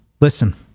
Listen